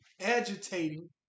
agitating